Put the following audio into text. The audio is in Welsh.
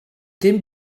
dim